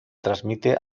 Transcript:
transmite